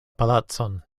palacon